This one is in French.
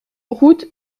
route